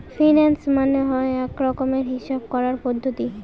finance মানে হয় এক রকমের হিসাব করার পদ্ধতি